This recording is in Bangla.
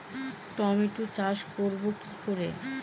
টমেটোর চাষ করব কি করে?